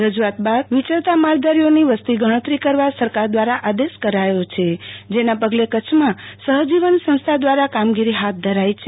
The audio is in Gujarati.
રજૂઆત બાદ વિચરતા માલધારીઓની વસતી ગણતરી કરવા સરકાર દ્વારા આદેશ કરાયો છે જેના પગલે કચ્છમાં સહજીવન સંસ્થા દ્વારા કામગીરી હાથ ધરાઇ છે